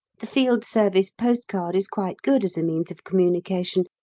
the field service post-card is quite good as a means of communication,